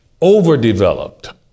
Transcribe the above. overdeveloped